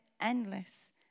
endless